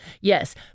yes